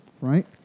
right